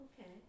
Okay